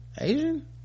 asian